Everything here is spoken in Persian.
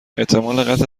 قطع